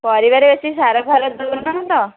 ପରିବାରେ ବେଶୀ ସାର ଫାର ଦେଉନ ତ